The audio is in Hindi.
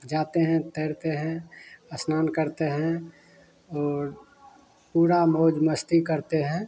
जाते हैं तैरते हैं स्नान करते हैं और पूरा मौज मस्ती करते हैं